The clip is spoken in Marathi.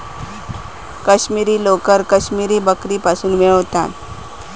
काश्मिरी लोकर काश्मिरी बकरीपासुन मिळवतत